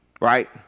Right